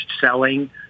selling